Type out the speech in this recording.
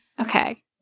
Okay